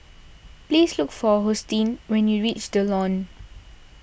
please look for Hosteen when you reach the Lawn